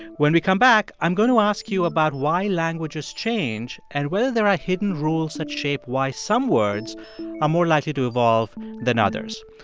when we come back, i'm going to ask you about why languages change and whether there are hidden rules that shape why some words are more likely to evolve than others.